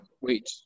wait